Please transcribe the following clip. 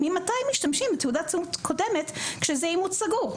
ממתי משתמשים בתעודת זהות קודמת כשזה אימוץ סגור?